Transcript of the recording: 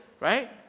right